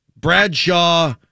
Bradshaw